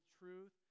truth